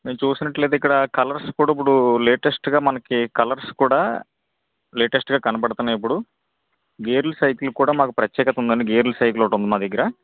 మీరు చూసినట్లయితే ఇక్కడ కలర్స్ కూడా ఇప్పుడు లేటెస్ట్గా మనకి కలర్స్ కూడా లేటెస్ట్గా కనబడుతున్నాయి ఇప్పుడు గేర్లు సైకిల్ కూడా మాకు ప్రత్యేకత ఉందండి గేర్లు సైకిల్ ఒకటి ఉందండి మా దగ్గర